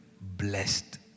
blessed